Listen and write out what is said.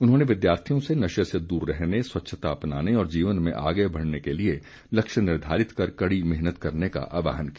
उन्होंने विद्यार्थियों से नशे से दूर रहने स्वच्छता अपनाने और जीवन में आगे बढ़ने के लिए लक्ष्य निर्धारित कर कड़ी मेहनत करने का आह्वान किया